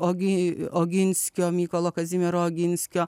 ogi oginskio mykolo kazimiero oginskio